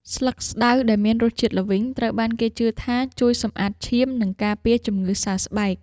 ស្លឹកស្តៅដែលមានរសជាតិល្វីង ត្រូវបានគេជឿថាជួយសម្អាតឈាម និងការពារជំងឺសើស្បែក។